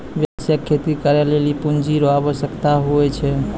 व्यापक खेती करै लेली पूँजी रो आवश्यकता हुवै छै